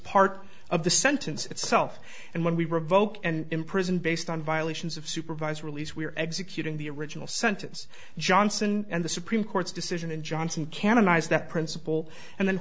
part of the sentence itself and when we revoke and imprison based on violations of supervised release we are executing the original sentence johnson and the supreme court's decision and johnson canonized that principle and then